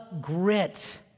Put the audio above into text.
grit